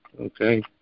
okay